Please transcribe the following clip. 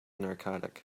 narcotic